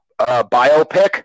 biopic